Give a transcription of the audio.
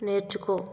నేర్చుకో